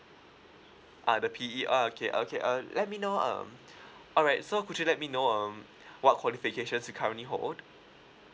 ah the P_E ah okay uh okay uh let me know um alright so could you let me know um what qualifications you currently hold